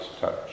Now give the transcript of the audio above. touch